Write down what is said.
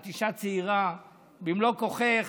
את אישה צעירה במלוא כוחך,